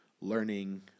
learning